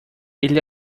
ele